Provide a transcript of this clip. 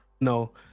no